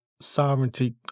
sovereignty